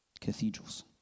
cathedrals